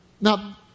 Now